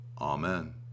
Amen